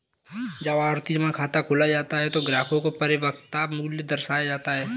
जब आवर्ती जमा खाता खोला जाता है तो ग्राहक को परिपक्वता मूल्य दर्शाया जाता है